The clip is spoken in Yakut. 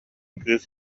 кыыс